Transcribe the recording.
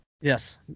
Yes